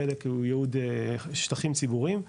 חלק ייעוד שטחים ציבוריים,